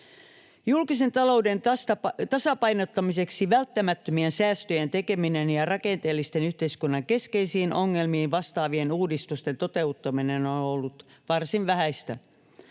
Julkisen talouden tasapainottamiseksi välttämättömien säästöjen tekeminen ja rakenteellisten, yhteiskunnan keskeisiin ongelmiin vastaavien uudistusten toteuttaminen on ollut varsin vähäistä.